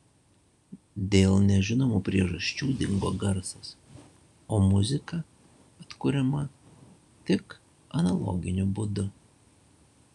dėl nežinomų priežasčių dingo garsas o muzika atkuriama tik analoginiu būdu